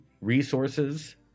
resources